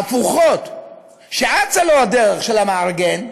הפוכות, שאצה לו הדרך, למארגן,